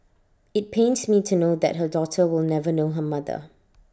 IT pains me to know that her daughter will never know her mother